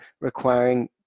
requiring